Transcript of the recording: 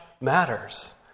matters